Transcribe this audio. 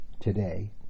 today